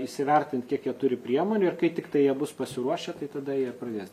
įsivertint kiek jie turi priemonių ir kai tiktai jie bus pasiruošę tai tada jie pradės